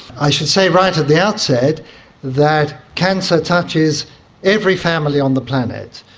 i should say right at the outset that cancer touches every family on the planet.